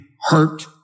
hurt